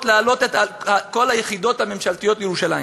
להעלות את כל היחידות הממשלתיות לירושלים.